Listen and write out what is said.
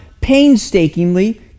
painstakingly